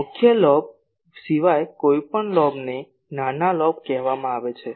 મુખ્ય લોબ સિવાય કોઈપણ લોબને નાના લોબ કહેવામાં આવે છે